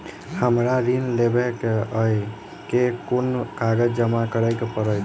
हमरा ऋण लेबै केँ अई केँ कुन कागज जमा करे पड़तै?